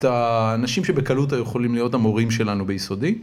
אנשים שבקלות היו יכולים להיות המורים שלנו ביסודי.